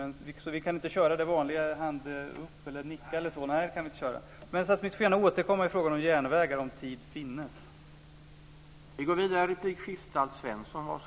Kan vi köra det vanliga med hand upp eller en nickning? Nej, det går inte, men statsministern får gärna återkomma i frågan om järnvägar om tid finnes.